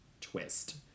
twist